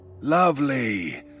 Lovely